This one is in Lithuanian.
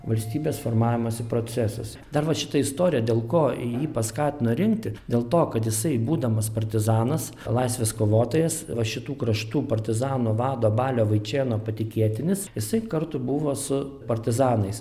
valstybės formavimosi procesas dar va šita istorija dėl ko jį paskatino rinkti dėl to kad jisai būdamas partizanas laisvės kovotojas va šitų kraštų partizanų vado balio vaičėno patikėtinis jisai kartu buvo su partizanais